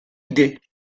idée